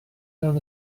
mewn